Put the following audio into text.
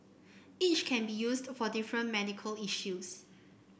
each can be used for different medical issues